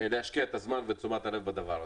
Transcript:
להשקיע את הזמן ואת תשומת הלב בדבר הזה.